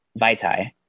Vaitai